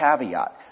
caveat